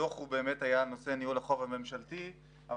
הדוח הוא באמת היה נושא ניהול החוב הממשלתי אבל